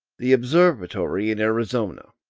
the observatory in arizona.